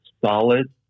solid